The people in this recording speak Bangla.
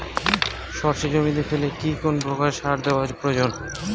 সর্ষে জমিতে ফেলে কি কোন প্রকার সার দেওয়া প্রয়োজন?